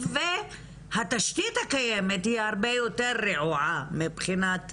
והתשתית הקיימת היא הרבה יותר רעועה מבחינת